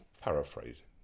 paraphrasing